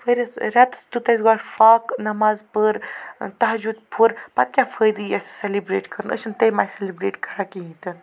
پرُس رٮ۪تَس دیُت اَسہِ فاکہٕ نٮ۪ماز پٔر تَہجُد پوٚر پَتہٕ کیاہ فٲیدٕ یہِ اَسہِ سٮ۪لِبرٮ۪ٹ کَرُن أسۍ چھِنہٕ تَمہِ آیہِ سٮ۪لبرٮ۪ٹ کران کِہیٖنۍ نہٕ